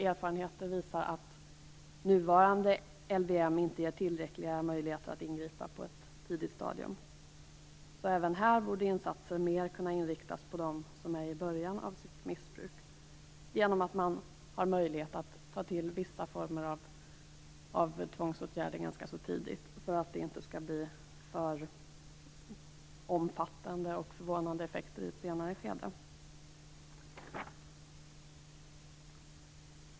Erfarenheter visar att nuvarande LVM inte ger tillräckliga möjligheter att ingripa på ett tidigt stadium. Även här borde insatser mer kunna inriktas på dem som är i början av sitt missbruk. Man bör ha möjlighet att ta till vissa former av tvångsåtgärder ganska tidigt för att det inte skall bli för omfattande och förvånande effekter i ett senare skede.